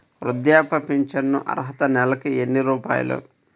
వృద్ధాప్య ఫింఛను అర్హత నెలకి ఎన్ని రూపాయలు?